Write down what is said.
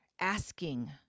asking